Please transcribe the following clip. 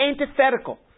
antithetical